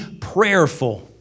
prayerful